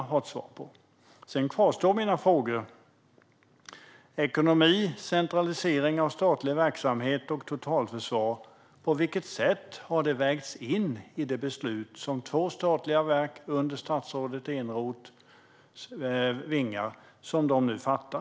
Mina fråga kvarstår: På vilket sätt har samhällsperspektiven ekonomi totalförsvar vägts in i det beslut som två statliga verk under statsrådet Eneroths vingar nu fattar?